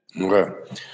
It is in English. Okay